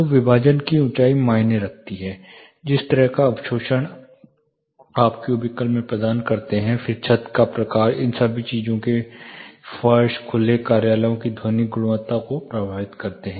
तो विभाजन की ऊंचाई मायने रखती है जिस तरह का अवशोषण आप क्यूबिकल में प्रदान करते हैं फिर छत का प्रकार इन सभी चीजों के फर्श खुले कार्यालयों की ध्वनिक गुणवत्ता को प्रभावित करते हैं